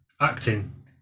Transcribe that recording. acting